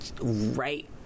right